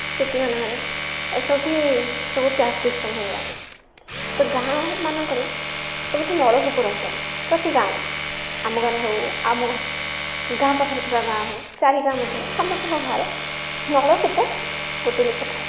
ସିଟିମାନଙ୍କରେ ସବୁଠି ସବୁ tap system ହୋଇଗଲାଣି ତ ଗାଁମାନଙ୍କରେ ସବୁଠି ନଳକୂପ ରହିଥାଏ ପ୍ରତି ଗାଁରେ ଆମ ଗାଁରେ ହେଉ ଆମ ଗାଁ ପାଖରେ ଥିବା ଗାଁ ହଉ ଚାରି ଗାଁ ମଧ୍ୟ ସମସ୍ତଙ୍କ ଘରେ ନଳକୂପ ଗୋଟେ ଲେଖାଏଁ ଥାଏ